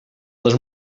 les